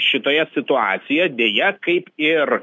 šitoje situacija deja kaip ir